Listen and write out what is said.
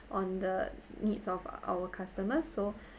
on the needs of our customers so